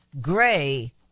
Gray